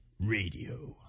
Radio